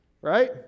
right